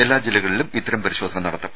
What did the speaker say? എല്ലാ ജില്ലകളിലും ഇത്തരം പരിശോധന നടത്തും